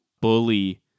bully